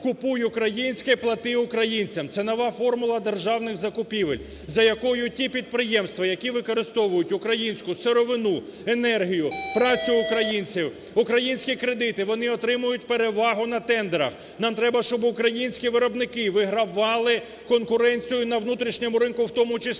"Купуй українське – плати українцям" – це нова формула державних закупівель, за якою ті підприємства, які використовують українську сировину, енергію, працю українців, українські кредити, вони отримують перевагу на тендерах. Нам треба, щоб українські виробники вигравали конкуренцію на внутрішньому ринку в тому числі.